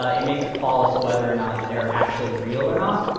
ah it makes a call as to whether or not they're actually real or not.